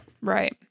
Right